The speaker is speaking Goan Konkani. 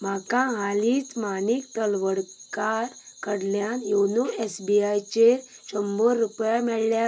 म्हाका हालींच माणिक तलवडकार कडल्यान योनो एसबीआयचेर शंबर रुपया मेळ्ळ्यात